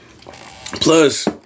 Plus